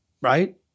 right